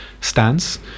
stance